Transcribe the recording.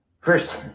First